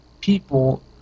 people